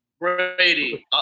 Brady